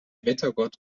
wettergott